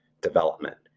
development